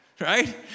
right